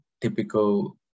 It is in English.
typical